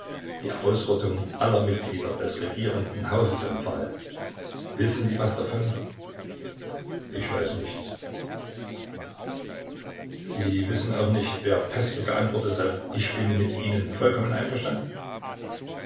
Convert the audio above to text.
die ausrottung aller mitglieder des regierenden hauses empfahl wissen sie was davon ich weiß nichts sie wissen auch nicht wer pestel geantwortet hat ich bin mit ihnen vollkommen einverstanden